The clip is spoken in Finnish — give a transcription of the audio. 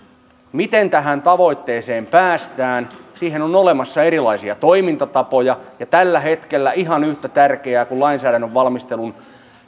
miten tähän tavoitteeseen päästään siihen on olemassa erilaisia toimintatapoja ja tällä hetkellä ihan yhtä tärkeää kuin lainsäädännön valmistelun